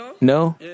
No